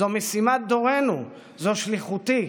זו משימת דורנו, זו שליחותי.